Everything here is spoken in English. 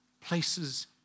places